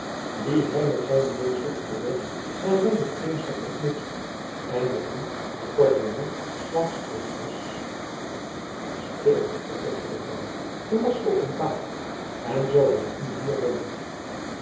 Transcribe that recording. dien hij met zijnen meester op den weg naar leyden eens had ontmoet en met wien hij kort daarna slaags geweest was stil vervolgde de vrouw velasco ontwaakt en zoo hij u hier vond